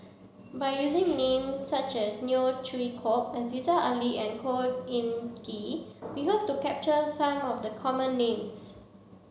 by using names such as Neo Chwee Kok Aziza Ali and Khor Ean Ghee we hope to capture some of the common names